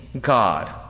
God